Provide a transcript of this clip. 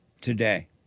today